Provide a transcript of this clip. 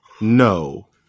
no